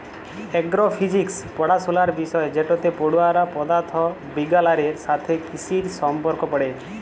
এগ্র physics পড়াশলার বিষয় যেটতে পড়ুয়ারা পদাথথ বিগগালের সাথে কিসির সম্পর্ক পড়ে